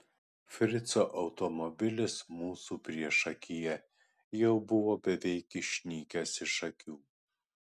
frico automobilis mūsų priešakyje jau buvo beveik išnykęs iš akių